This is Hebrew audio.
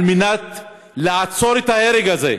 כדי לעצור את ההרג הזה,